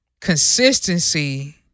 consistency